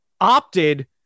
opted